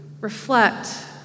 reflect